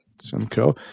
Simcoe